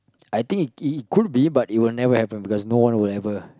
I think it it could be but it will never happen because no one will ever